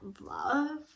love